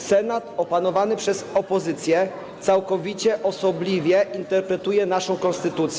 Senat, opanowany przez opozycję, całkowicie osobliwie interpretuje naszą konstytucję.